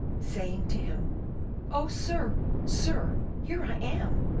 saying to him oh, sir, sir! here i am!